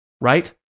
right